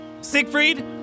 Siegfried